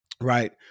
right